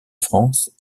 france